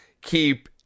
keep